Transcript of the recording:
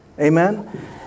Amen